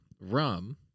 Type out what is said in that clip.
rum